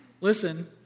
listen